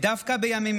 כן?